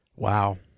Wow